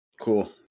cool